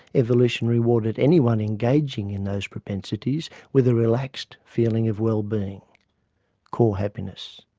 evolution rewarded anyone engaging in those propensities with a relaxed feeling of wellbeing core happiness.